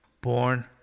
born